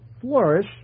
flourish